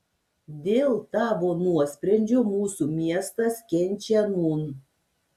dėl tavo nuosprendžio mūsų miestas kenčia nūn